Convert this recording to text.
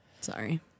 sorry